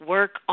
Work